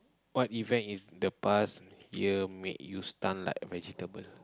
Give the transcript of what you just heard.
what event in the past you make you stun like vegetable